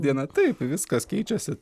dieną taip viskas keičiasi